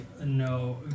no